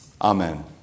Amen